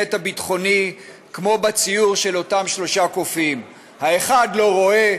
בקבינט הביטחוני כמו בציור של אותם שלושה קופים: האחד לא רואה,